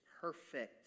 perfect